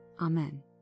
Amen